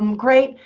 um great.